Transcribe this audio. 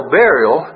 burial